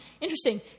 Interesting